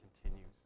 continues